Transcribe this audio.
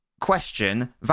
question